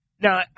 now